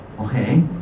okay